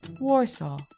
Warsaw